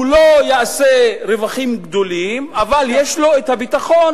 הוא לא יעשה רווחים גדולים אבל יש לו הביטחון